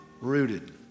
rooted